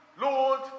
Lord